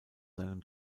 seinem